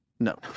No